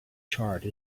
charred